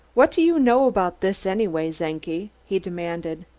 what do you know about this, anyway, czenki? he demanded.